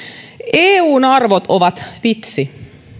eun arvot ovat vitsi